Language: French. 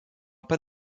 pas